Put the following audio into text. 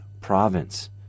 province